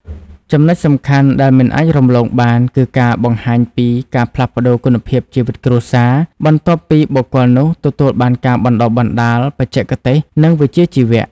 ចំណុចសំខាន់ដែលមិនអាចរំលងបាន គឺការបង្ហាញពី «ការផ្លាស់ប្តូរគុណភាពជីវិតគ្រួសារ» បន្ទាប់ពីបុគ្គលនោះទទួលបានការអប់រំបណ្ដុះបណ្ដាលបច្ចេកទេស និងវិជ្ជាជីវៈ។